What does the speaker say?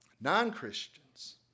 non-Christians